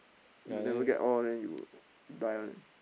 you never get all then you die one eh